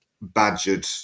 badgered